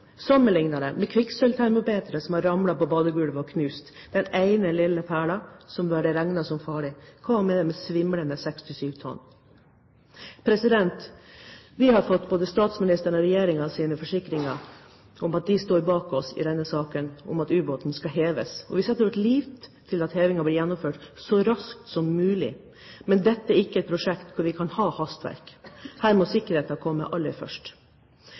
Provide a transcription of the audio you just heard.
det med kvikksølvtermometeret som har ramlet på badegulvet og blitt knust – én liten perle er regnet som farlig, hva da med svimlende 67 tonn? Vi har fått både statsministerens og regjeringens forsikringer om at de står bak oss i denne saken og at ubåten skal heves, og vi setter vår lit til at hevingen blir gjennomført så raskt som mulig. Men dette er ikke et prosjekt hvor vi kan ha hastverk. Her må sikkerheten komme aller først.